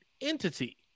entity